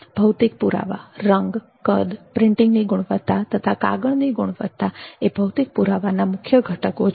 ભૌતિક પુરાવા રંગ કદ પ્રિન્ટિંગની ગુણવત્તા તથા કાગળની ગુણવત્તા એ ભૌતિક પુરાવાના મુખ્ય ઘટકો છે